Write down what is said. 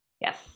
Yes